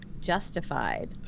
justified